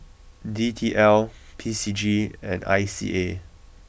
D T L P C G and I C A